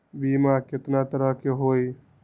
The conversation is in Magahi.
बीमा केतना तरह के होइ?